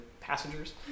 passengers